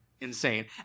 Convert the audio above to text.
Insane